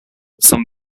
some